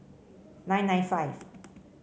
nine nine five